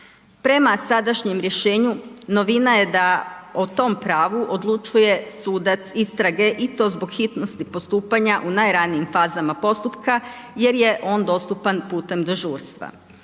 Prema sadašnjem rješenju novina je da o tom pravu odlučuje sudac istrage i to zbog hitnosti postupanja u najranijim fazama postupka jer je on dostupan putem dežurstva.